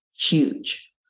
huge